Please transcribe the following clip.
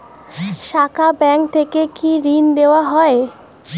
শাখা ব্যাংক থেকে কি ঋণ দেওয়া হয়?